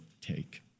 take